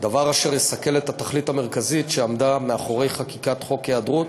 דבר אשר יסכל את התכלית המרכזית שעמדה מאחורי חקיקת חוק היעדרות